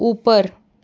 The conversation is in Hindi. ऊपर